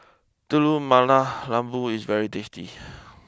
Telur Mata Lembu is very tasty